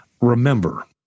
Remember